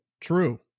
true